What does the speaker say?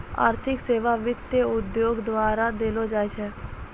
आर्थिक सेबा वित्त उद्योगो द्वारा देलो जाय छै